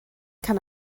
kann